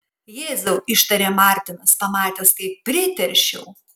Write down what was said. jėzau ištarė martinas pamatęs kaip priteršiau